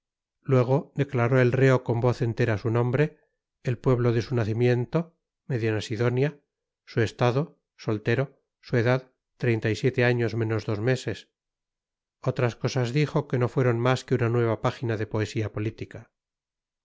luego declaró el reo con voz entera su nombre el pueblo de su nacimiento medinasidonia su estado soltero su edad treinta y siete años menos dos meses otras cosas dijo que no fueron más que una nueva página de poesía política